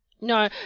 no